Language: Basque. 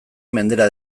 mendera